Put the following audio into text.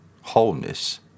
wholeness